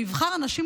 או יבחר אנשים,